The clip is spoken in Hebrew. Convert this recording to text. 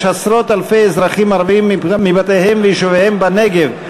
עשרות-אלפי אזרחים ערבים מבתיהם ויישוביהם בנגב,